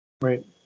Right